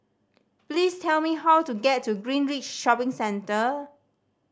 please tell me how to get to Greenridge Shopping Centre